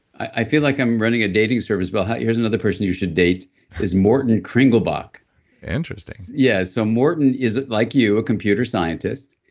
i feel like i'm running a dating service, but here's another person you should date is morten kringelbach interesting yeah. so morten is, like you, a computer scientist,